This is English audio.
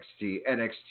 NXT